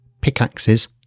pickaxes